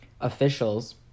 officials